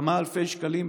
כמה אלפי שקלים,